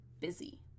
busy